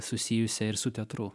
susijusią ir su teatru